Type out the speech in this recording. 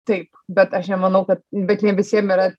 taip bet aš nemanau kad bet ne visiems yra